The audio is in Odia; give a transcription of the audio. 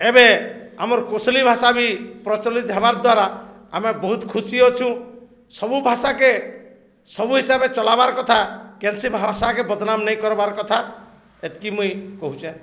ଏବେ ଆମର କୋଶଲୀ ଭାଷା ବି ପ୍ରଚଳିତ ହେବାର୍ ଦ୍ୱାରା ଆମେ ବହୁତ ଖୁସି ଅଛୁ ସବୁ ଭାଷାକେ ସବୁ ହିସାବରେ ଚଲବାର୍ କଥା କେନ୍ସି ଭାଷାକେ ବଦନାମ୍ ନେଇ କର୍ବାର୍ କଥା ଏତ୍କି ମୁଇଁ କହୁଛେଁ